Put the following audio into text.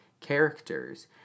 characters